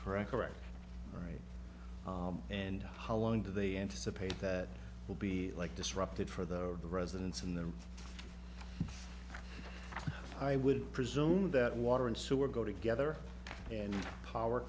correct correct right and how long do they anticipate that will be like disruptive for the residents in the i would presume that water and sewer go together and power